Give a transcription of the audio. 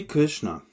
Krishna